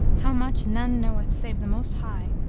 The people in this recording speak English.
how much none knoweth save the most high,